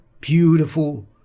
Beautiful